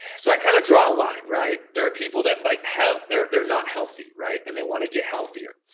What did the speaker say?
so i kinda draw a line, right? there are people that like have they're they're not healthy, right? and they wanna get healthier.